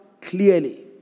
clearly